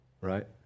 Right